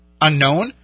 unknown